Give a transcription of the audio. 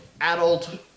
adult